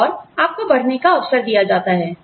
और आपको बढ़ने का अवसर दिया जाता है